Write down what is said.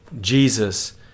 Jesus